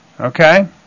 Okay